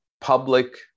public